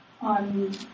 on